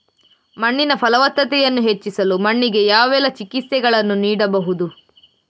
ಮಣ್ಣಿನ ಫಲವತ್ತತೆಯನ್ನು ಹೆಚ್ಚಿಸಲು ಮಣ್ಣಿಗೆ ಯಾವೆಲ್ಲಾ ಚಿಕಿತ್ಸೆಗಳನ್ನು ನೀಡಬಹುದು?